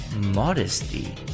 modesty